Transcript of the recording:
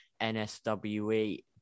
NSWE